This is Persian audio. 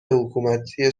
حکومتی